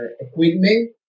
equipment